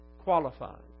qualified